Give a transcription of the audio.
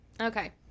Okay